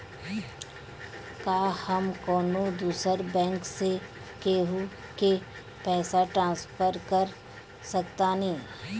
का हम कौनो दूसर बैंक से केहू के पैसा ट्रांसफर कर सकतानी?